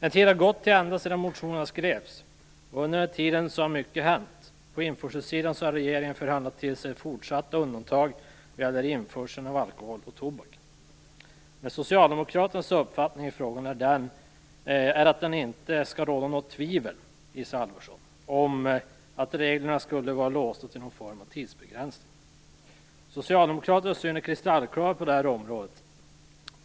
En tid har gått sedan motionerna skrevs. Under den tiden har mycket hänt. Regeringen har förhandlat till sig fortsatta undantag vad gäller införseln av alkohol och tobak. Socialdemokraternas uppfattning i frågan är att det inte skall råda något tvivel, Isa Halvarsson, om att reglerna skulle vara låsta till någon form av tidsbegränsning. Socialdemokraternas syn är kristallklar på detta område.